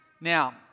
now